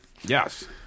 Yes